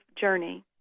journey